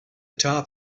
top